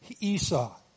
Esau